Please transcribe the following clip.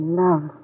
love